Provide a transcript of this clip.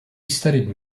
studied